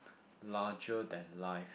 larger than life